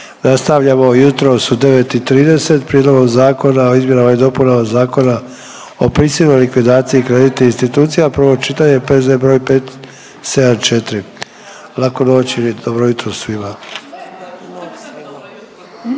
Nastavljamo jutros u 9 i 30 Prijedlogom zakona o izmjenama i dopunama Zakona o prisilnoj likvidaciji kreditnih institucija, prvo čitanje, P.Z. br. 574. Laku noć ili dobro jutro svima.